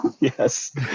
yes